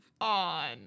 on